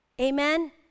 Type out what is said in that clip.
amen